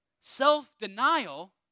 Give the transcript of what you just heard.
Self-denial